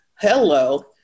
Hello